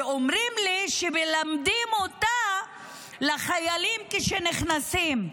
ואומרים לי שמלמדים אותה את החיילים כשנכנסים.